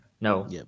No